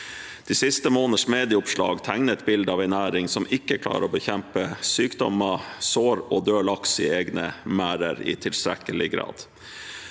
De siste måneders medieoppslag tegner et bilde av en næring som ikke klarer å bekjempe sykdommer, sår og død laks i egne merder i tilstrekkelig grad.